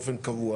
באופן קבוע,